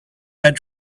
had